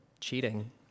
cheating